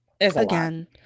Again